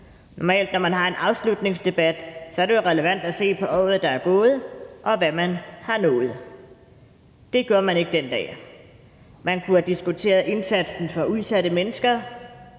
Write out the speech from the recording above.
Normalt, når man har en afslutningsdebat, er det jo relevant at se på året, der er gået, og hvad man har nået. Det gjorde man ikke den dag. Man kunne have diskuteret indsatsen for udsatte mennesker,